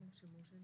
כן.